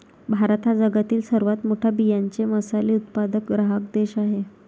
भारत हा जगातील सर्वात मोठा बियांचे मसाले उत्पादक ग्राहक देश आहे